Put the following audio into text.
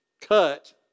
cut